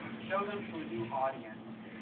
show them to a new audience,